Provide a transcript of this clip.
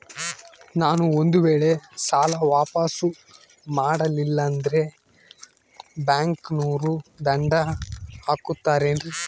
ನಾನು ಒಂದು ವೇಳೆ ಸಾಲ ವಾಪಾಸ್ಸು ಮಾಡಲಿಲ್ಲಂದ್ರೆ ಬ್ಯಾಂಕನೋರು ದಂಡ ಹಾಕತ್ತಾರೇನ್ರಿ?